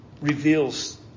reveals